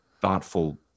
thoughtful